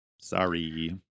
sorry